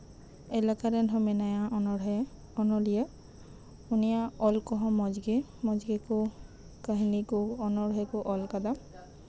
ᱮᱞᱟᱠᱟ ᱨᱮᱱ ᱦᱚᱸ ᱢᱮᱱᱟᱭᱟ ᱚᱱᱚᱲᱦᱮᱸ ᱚᱱᱚᱞᱤᱭᱟᱹ ᱩᱱᱤᱭᱟᱜ ᱚᱞ ᱠᱚᱦᱚᱸ ᱢᱚᱸᱡᱽᱜᱮ ᱠᱟᱹᱦᱱᱤ ᱠᱚ ᱹ ᱚᱱᱚᱲᱦᱮ ᱠᱚᱭ ᱚᱞ ᱟᱠᱟᱫᱟ